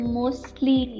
mostly